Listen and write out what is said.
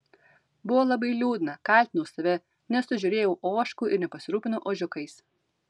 buvo labai liūdna kaltinau save nesužiūrėjau ožkų ir nepasirūpinau ožiukais